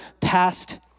past